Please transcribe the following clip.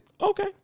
Okay